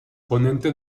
ponente